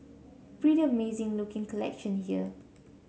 pretty amazing looking collection here